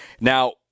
Now